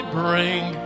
bring